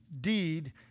deed